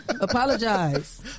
Apologize